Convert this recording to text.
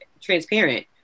transparent